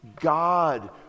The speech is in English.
God